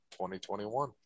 2021